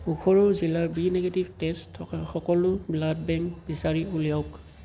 উখৰুল জিলাৰ B negative তেজ থকা সকলো ব্লাড বেংক বিচাৰি উলিয়াওক